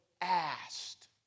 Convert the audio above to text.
asked